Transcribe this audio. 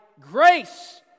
grace